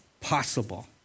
possible